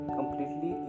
completely